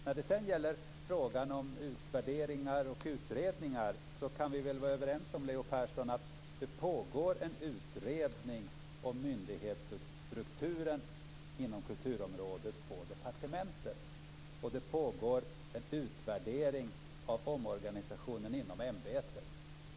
När det sedan gäller frågan om utvärderingar och utredningar kan vi vara överens, Leo Persson, om att det pågår en utredning om myndighetsstrukturen inom kulturområdet på departementet. Det pågår också en utvärdering av omorganisationen inom Riksantikvarieämbetet.